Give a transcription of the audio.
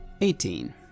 Eighteen